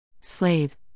Slave